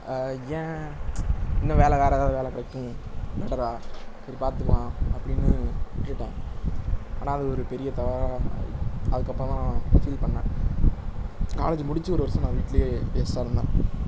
ஏன் இன்னும் வேலை வேற எதாவது வேலை கிடைக்கும் பெட்டராக சரி பாத்துக்கலாம் அப்படினு விட்டுட்டேன் ஆனால் அது ஒரு பெரிய தவறாக அதுக்கப்பறம் நான் ஃபீல் பண்ணேன் காலேஜ் முடிச்சு ஒரு வர்ஷம் நான் வீட்லேயே வேஸ்ட்டாக இருந்தேன்